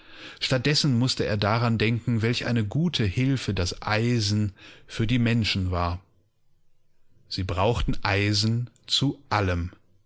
dessen mußte er daran denken welch eine gute hilfe das eisen für die menschen war sie brauchten eisen zu allem